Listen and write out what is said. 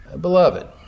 Beloved